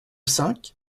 cinq